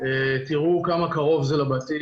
תראו כמה קרוב זה לבתים,